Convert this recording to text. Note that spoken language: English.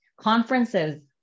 conferences